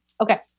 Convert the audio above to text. Okay